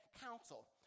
council